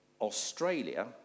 Australia